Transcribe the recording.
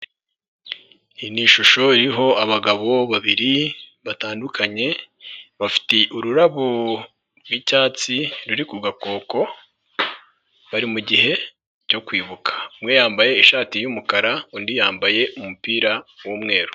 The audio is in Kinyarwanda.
Ni ishusho iriho abagabo babiri batandukanye, bafite ururabo rw'icyatsi ruri ku gakoko, bari mugihe cyo kwibuka, umwe yambaye ishati y'umukara undi yambaye umupira w'umweru.